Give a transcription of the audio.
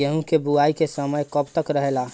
गेहूँ के बुवाई के समय कब तक रहेला?